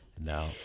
No